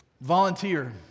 Volunteer